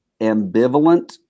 ambivalent